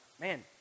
man